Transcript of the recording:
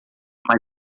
mas